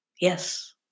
Yes